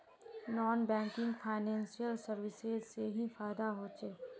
Non banking financial services से की फायदा होचे?